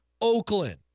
Oakland